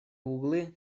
углы